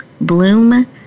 Bloom